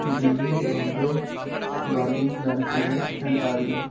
Delhi Bombay Berlin Vancouver Ontario